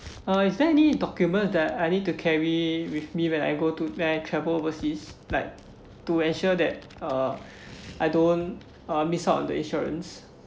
uh is there any documents that I need to carry with me when I go to when I travel overseas like to ensure that uh I don't uh miss out on the insurance